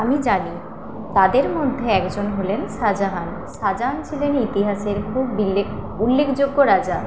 আমি জানি তাদের মধ্যে একজন হলেন শাহ জাহান শাহ জাহান ছিলেন ইতিহাসের খুব বিলেখ উল্লেখযোগ্য রাজা